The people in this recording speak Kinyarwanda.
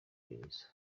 gereza